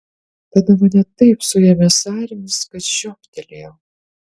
tada mane taip suėmė sąrėmis kad žioptelėjau